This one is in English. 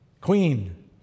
Queen